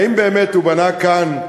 האם באמת הוא בנה כאן,